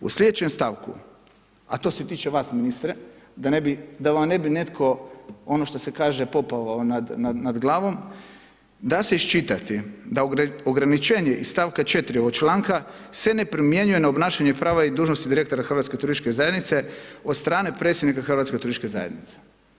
U slijedećem stavku, a to se tiče vas ministre, da ne bi, da vam ne bi netko ono što se kaže popovao nad glavom, da se iščitati da ograničenje iz stavka 4. ovog članka se ne primjenjuje na obnašanje prava i dužnosti direktora Hrvatske turističke zajednice od strane predsjednika Hrvatske turističke zajednice.